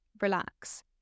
relax